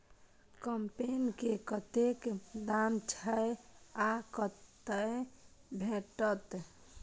कम्पेन के कतेक दाम छै आ कतय भेटत?